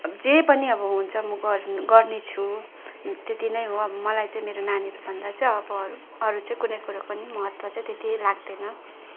अब जे पनि अब हुन्छ म गर गर्नेछु त्यति नै हो अब मलाई चाहिँ मेरो नानीहरूभन्दा चाहिँ अब अरू अरू चाहिँ कुनै कुरो पनि महत्त्व चाहिँ त्यति लाग्दैन